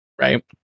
Right